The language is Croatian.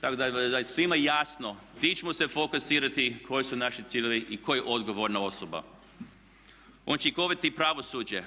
Tako da je svima jasno gdje ćemo se fokusirati, koji su naši ciljevi i tko je odgovorna osoba. O učinkovitosti pravosuđa,